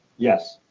yes.